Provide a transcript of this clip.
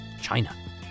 China